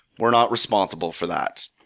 we're not responsible for that.